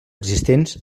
existents